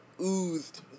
oozed